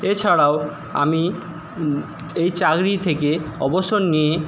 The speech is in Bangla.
এছাড়াও আমি এই চাকরি থেকে অবসর নিয়ে